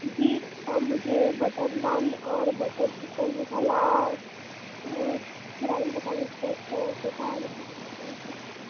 जी मुझे बटर नान और butter chicken masala उसके बारे में बता दें कैसा